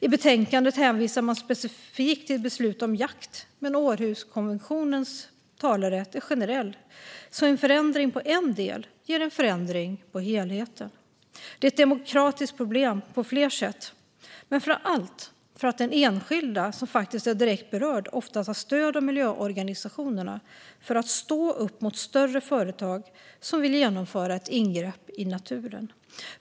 I betänkandet hänvisar man specifikt till beslut om jakt. Men Århuskonventionens talerätt är generell. En förändring av en del ger alltså en förändring av helheten. Det är ett demokratiskt problem på flera sätt men framför allt för att den enskilda som faktiskt är direkt berörd ofta tar stöd av miljöorganisationer för att stå upp mot större företag som vill genomföra ett ingrepp i naturen.